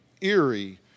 eerie